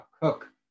Cook